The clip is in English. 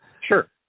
Sure